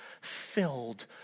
filled